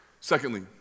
Secondly